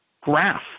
graph